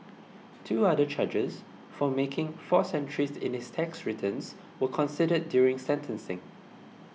two other charges for making false entries in his tax returns were considered during sentencing